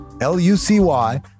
L-U-C-Y